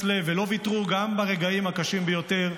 לב ולא ויתרו גם ברגעים הקשים ביותר,